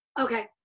Okay